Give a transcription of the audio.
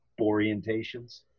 orientations